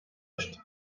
açtı